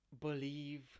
believe